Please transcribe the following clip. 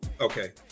Okay